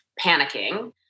panicking